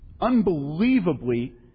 unbelievably